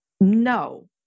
no